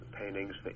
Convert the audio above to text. paintings